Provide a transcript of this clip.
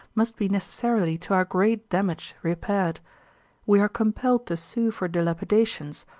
must be necessarily to our great damage repaired we are compelled to sue for dilapidations,